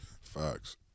Facts